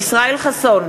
ישראל חסון,